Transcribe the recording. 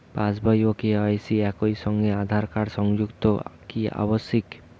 পাশ বই ও কে.ওয়াই.সি একই সঙ্গে আঁধার কার্ড সংযুক্ত কি আবশিক?